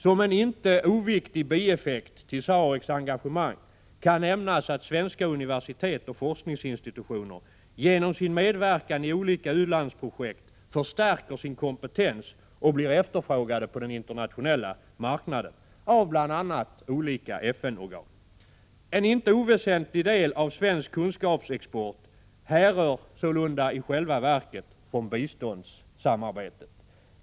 Som en inte oviktig bieffekt till SAREC:s engagemang kan nämnas att svenska universitet och forskningsinstitutioner genom sin medverkan i olika u-landsprojekt förstärker sin kompetens och blir efterfrågade på den internationella marknaden av bl.a. olika FN-organ. En inte oväsentlig del av svensk kunskapsexport härrör sålunda i själva verket från biståndssamarbetet.